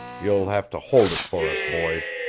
you'll have to hold it for us, boys.